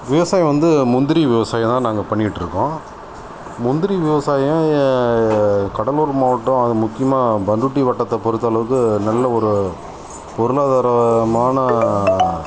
விவசாயம் வந்து முந்திரி விவசாயம் தான் நாங்கள் பண்ணிட்டுருக்கோம் முந்திரி விவசாயம் கடலூர் மாவட்டம் அது முக்கியமாக பண்ருட்டி வட்டத்தை பொருத்தளவுக்கு நல்ல ஒரு பொருளாதாரமான